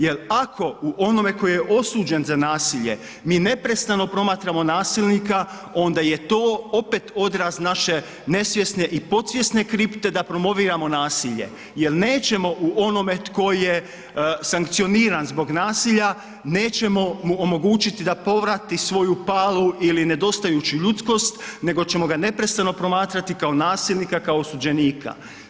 Jel ako u onome koji je osuđen za nasilje mi neprestano promatramo nasilnika onda je to opet odraz naše nesvjesne i podsvjesne kripte da promoviramo nasilje jel nećemo u onome tko je sankcioniran zbog nasilja, nećemo mu omogućiti da povrati svoju palu ili nedostajuću ljudskost nego ćemo ga neprestano promatrati kao nasilnika kao osuđenika.